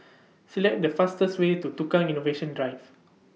Select The fastest Way to Tukang Innovation Drive